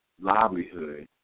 livelihood